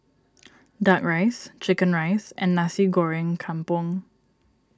Duck Rice Chicken Rice and Nasi Goreng Kampung